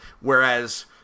Whereas